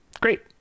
Great